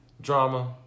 drama